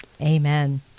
amen